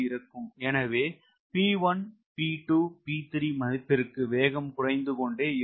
எனவே P1 P2 P3 மதிப்பிற்கு வேகம் குறைந்து கொண்டே இருக்கும்